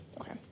Okay